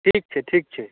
ठीक छै ठीक छै